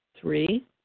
Three